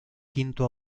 quinto